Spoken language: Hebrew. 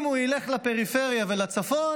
אם הוא ילך לפריפריה ולצפון,